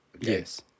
Yes